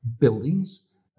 buildings